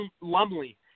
Lumley